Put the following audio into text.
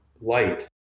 light